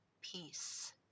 peace